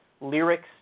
lyrics